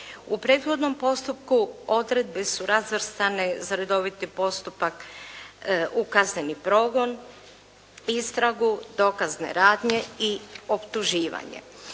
U prethodnom postupku odredbe su razvrstane za redoviti postupak u kazneni progon, istragu, dokazne radnje i optuživanje.